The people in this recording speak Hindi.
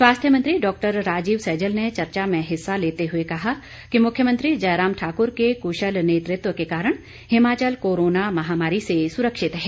स्वास्थ्य मंत्री डॉ राजीव सैजल ने चर्चा में हिस्सा लेते हुए कहा कि मुख्यमंत्री जयराम ठाक्र के कुशल नेतृत्व के कारण हिमाचल कोरोना महामारी से सुरक्षित है